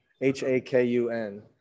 H-A-K-U-N